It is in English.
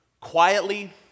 Quietly